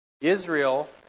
Israel